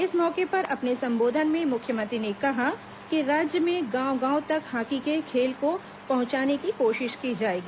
इस मौके पर अपने संबोधन में मुख्यमंत्री ने कहा कि राज्य में गांव गांव तक हॉकी के खेल को पहुंचाने की कोशिश की जाएगी